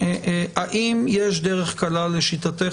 האם יש דרך קלה לשיטתך,